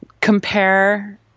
compare